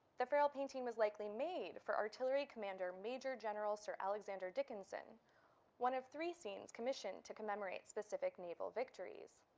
the ferrell painting was likely made for artillery commander major-general sir alexander dickinson one of three scenes commissioned to commemorate specific naval victories.